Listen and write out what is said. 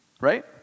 right